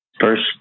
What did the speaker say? First